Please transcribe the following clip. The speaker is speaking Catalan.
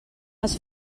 els